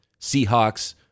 Seahawks